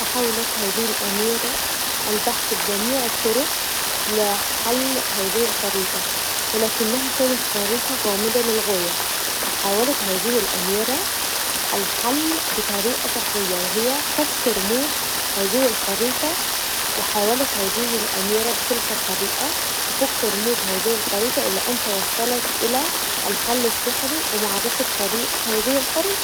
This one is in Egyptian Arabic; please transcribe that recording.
فحاولت هذه الاميره البحث بجميع الطرق لحل هذه الخريطه و لكنها كانت خريطه غامضه للغايه فحاولت هذه الاميره بطريقه سحريه و هي فك رموز هذه الخريطه و حاولت هذه الاميره بهذه الطريقه تفك رموز هذه الخريطه الي ان تواصلت الي الحل السحري و معرفه طريق هذه الخريطه.